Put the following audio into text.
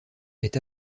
est